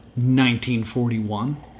1941